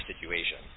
situation